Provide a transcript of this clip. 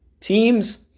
teams